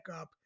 up